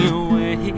away